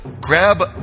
grab